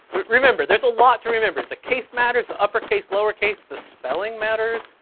remember there's a lot to remember. the case matters. the uppercase lowercase the spelling matters,